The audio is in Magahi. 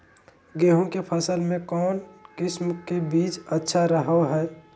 गेहूँ के फसल में कौन किसम के बीज अच्छा रहो हय?